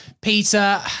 Peter